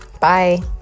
Bye